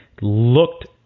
looked